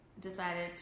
decided